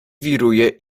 wiruje